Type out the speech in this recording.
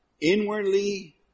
inwardly